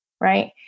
right